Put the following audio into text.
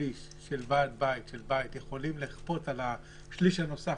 ששני-שליש של ועד בית של בית יכולים לכפות על השליש הנוסף,